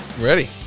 ready